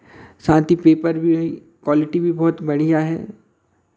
साथ ही पेपर में भी क्वालिटी भी बहुत बढ़ियाँ हैं